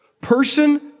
Person